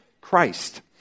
Christ